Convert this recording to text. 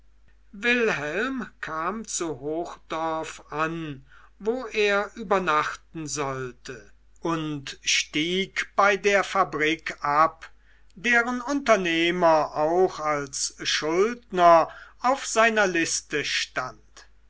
wilhelm kam zu hochdorf an wo er übernachten sollte und stieg bei der fabrik ab deren unternehmer auch als schuldner auf seiner liste stand